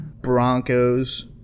broncos